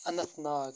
Anant Nag